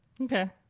Okay